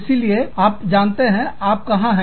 इसीलिए आप जानते हैं आप कहां हैं